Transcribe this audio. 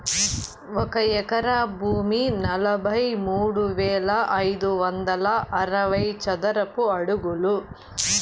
ఒక ఎకరా భూమి నలభై మూడు వేల ఐదు వందల అరవై చదరపు అడుగులు